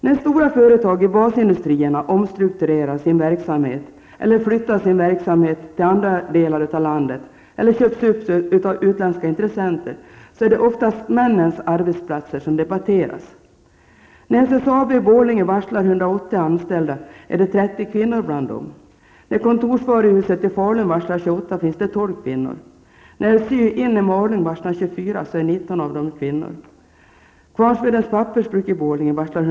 När stora företag i basindustrierna omstrukturerar sin verksamhet eller flyttar sin tillverkning till andra delar av landet eller köps upp av utländska intressenter, är det oftast männens arbetsplatser som debatteras. När SSAB i Borlänge varslar 180 anställda finns det 30 kvinnor bland dem. När Kontorsvaruhuset i Falun varslar 28 personer finns det 12 kvinnor bland dem. När Sy-Inn i Malung varslar 24 personer är 19 av dem kvinnor.